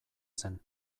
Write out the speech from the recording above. zen